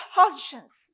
conscience